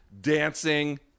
dancing